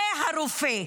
זה הרופא.